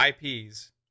IPs